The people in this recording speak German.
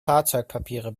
fahrzeugpapiere